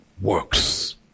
works